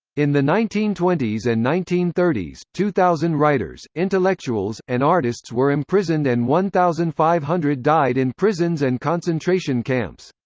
in the nineteen twenty s and nineteen thirty s, two thousand writers, intellectuals, and artists were imprisoned and one thousand five hundred died in prisons and concentration camps.